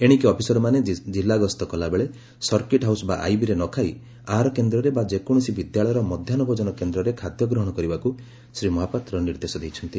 ଏଶିକି ଅଫିସରମାନେ ଜିଲ୍ଲା ଗସ୍ତ କଲାବେଳେ ସର୍କଟ୍ ହାଉସ୍ ବା ଆଇବିରେ ନ ଖାଇ ଆହାର କେନ୍ଦ୍ରରେ ବା ଯେକୌଣସି ବିଦ୍ୟାଳୟର ମଧ୍ଧାହ୍ ଭୋଜନ କେଦ୍ରରେ ଖାଦ୍ୟ ଗ୍ରହଶ କରିବାକୁ ଶ୍ରୀ ମହାପାତ୍ର ନିର୍ଦ୍ଦେଶ ଦେଇଛନ୍ତି